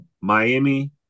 Miami